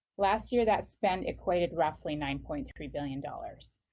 last year, that spent equated roughly nine point three billion dollars.